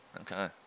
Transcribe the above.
okay